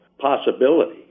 Possibility